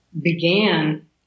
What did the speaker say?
began